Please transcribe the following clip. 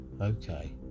Okay